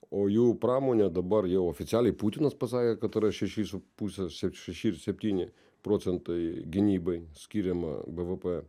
o jų pramonė dabar jau oficialiai putinas pasakė kad yra šeši su puse šeši ir septyni procentai gynybai skiriama bvp